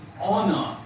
honor